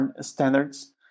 standards